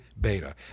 beta